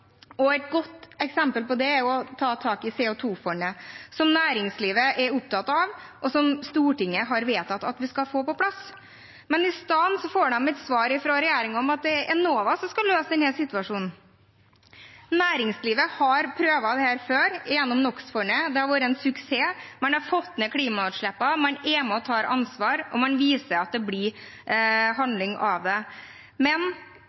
klimagassutslippene. Et godt eksempel på det er å ta tak i CO2-fondet, som næringslivet er opptatt av, og som Stortinget har vedtatt at vi skal få på plass. Men i stedet får de et svar fra regjeringen om at det er Enova som skal løse denne situasjonen. Næringslivet har prøvd dette før, gjennom NOX-fondet. Det har vært en suksess, man har fått ned klimagassutslippene, man er med på å ta ansvar, og man viser at det blir handling av det. Men